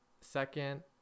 second